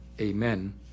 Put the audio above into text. amen